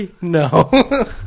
no